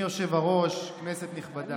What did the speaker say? התשפ"א